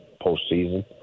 postseason